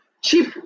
cheap